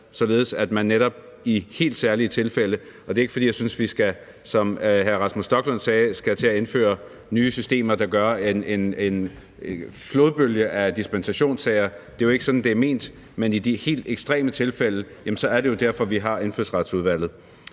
således at man netop kan skønne i helt særlige tilfælde – og det er ikke, fordi jeg synes, vi, som hr. Rasmus Stoklund sagde, skal til at indføre nye systemer, der gør, at der kommer en flodbølge af dispensationssager. Det er jo ikke sådan, det er ment. Men i de helt ekstreme tilfælde er det jo derfor, vi har Indfødsretsudvalget.